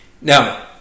Now